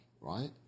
right